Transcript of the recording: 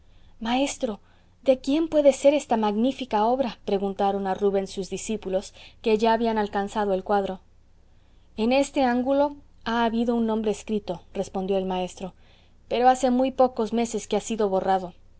maestro de quién puede ser esta magnífica obra preguntaron a rubens sus discípulos que ya habían alcanzado el cuadro en este ángulo ha habido un nombre escrito respondió el maestro pero hace muy pocos meses que ha sido borrado